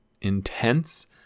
intense